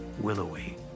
willowy